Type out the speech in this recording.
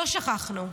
לא שכחנו,